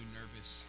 nervous